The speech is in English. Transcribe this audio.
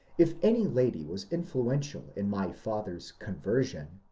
if any lady was influential in my father's conversion,